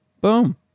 Boom